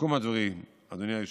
לסיכום הדברים, אדוני היושב-ראש,